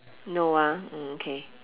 no ah mm okay